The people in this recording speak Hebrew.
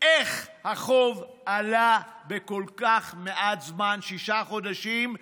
איך החוב עלה בכל כך מעט זמן, שישה חודשים,